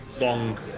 long